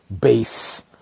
base